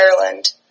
Ireland